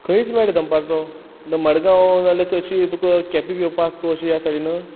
थंयच मेळ रे दनपारचो मडगांव जाल्या चडशी तुका केप्यां बी येवपा आसा तूं अशी हे सायडीन